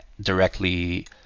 directly